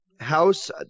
House